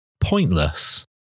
pointless